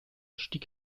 stieg